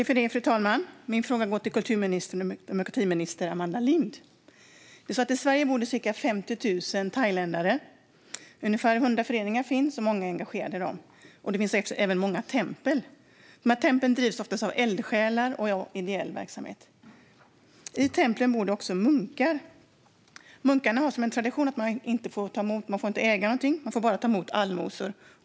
Fru talman! Min fråga går till kultur och demokratiminister Amanda Lind. I Sverige bor det ca 50 000 thailändare. Det finns ungefär 100 föreningar, och många är engagerade i dem. Det finns även många tempel. Dessa tempel drivs oftast av eldsjälar och ideell verksamhet. I templen bor det också munkar. Munkarna har som tradition att man inte får äga någonting utan bara ta emot allmosor.